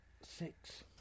Six